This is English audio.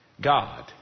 God